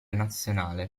nazionale